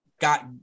got